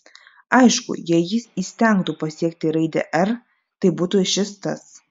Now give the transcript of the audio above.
aišku jei jis įstengtų pasiekti raidę r tai būtų šis tas